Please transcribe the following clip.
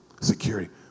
Security